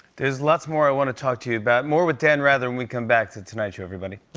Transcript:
there's lots more i want to talk to you about. more with dan rather when we come back to the tonight show, everybody.